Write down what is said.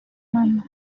month